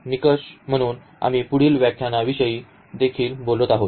निकष म्हणून आम्ही पुढील व्याख्यानांविषयी देखील बोलत आहोत